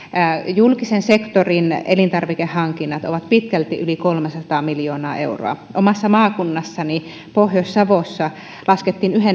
julkisen sektorin elintarvikehankinnat ovat pitkälti yli kolmesataa miljoonaa euroa omassa maakunnassani pohjois savossa laskettiin